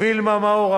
וילמה מאור,